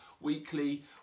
weekly